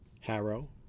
Harrow